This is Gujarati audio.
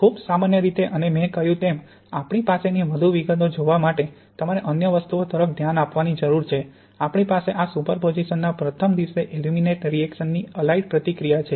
ખૂબ સામાન્ય રીતે અને મેં કહ્યું તેમ આપણી પાસેની વધુ વિગતો જોવા માટે તમારે અન્ય વસ્તુઓ તરફ ધ્યાન આપવાની જરૂર છે આપણી પાસે આ સુપરપોઝિશનના પ્રથમ દિવસે એલ્યુમિનેટ રિએક્શનની અલાઇટ પ્રતિક્રિયા છે